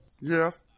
Yes